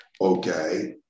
Okay